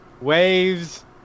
waves